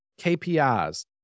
KPIs